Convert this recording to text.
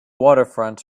waterfront